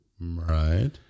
Right